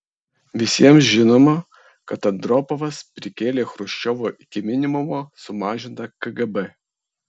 visiems žinoma kad andropovas prikėlė chruščiovo iki minimumo sumažintą kgb